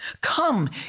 Come